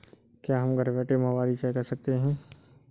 क्या हम घर बैठे मोबाइल रिचार्ज कर सकते हैं?